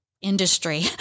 industry